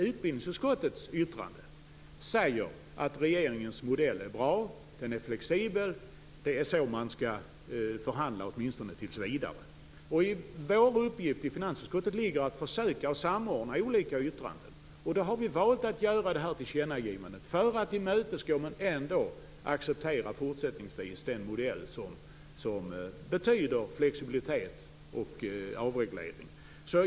Utbildningsutskottets yttrande säger att regeringens modell är bra, att den är flexibel, att det är så man skall förhandla åtminstone tills vidare. Vår uppgift i finansutskottet ligger i att försöka samordna olika yttranden. Vi har då valt att göra det här tillkännagivandet för att tillmötesgå men ändå fortsättningsvis acceptera den modell som betyder flexibilitet och avreglering.